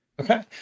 Okay